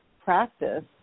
practice